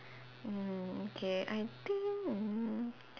mm okay I think